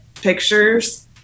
pictures